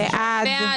מי נגד?